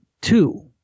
two